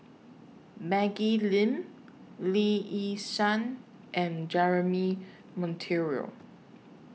Maggie Lim Lee Yi Shyan and Jeremy Monteiro